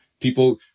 People